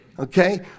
Okay